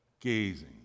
gazing